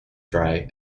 dry